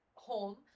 Home